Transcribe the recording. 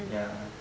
ya